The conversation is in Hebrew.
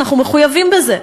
אנחנו מחויבים בזה.